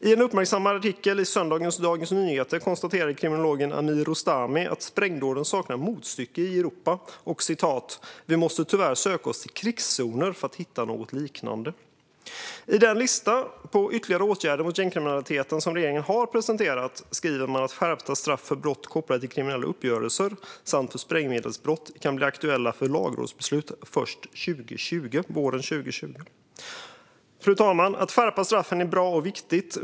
I en uppmärksammad artikel i söndagens Dagens Nyheter konstaterar kriminologen Amir Rostami att sprängdåden saknar motstycke i Europa, och han säger: "Vi måste tyvärr söka oss till krigszoner för att hitta något liknande." I den lista på ytterligare åtgärder mot gängkriminaliteten som regeringen har presenterat skriver man att skärpta straff för brott kopplade till kriminella uppgörelser samt för sprängmedelsbrott kan bli aktuella för lagrådsbeslut först våren 2020. Fru talman! Att skärpa straffen är bra och viktigt.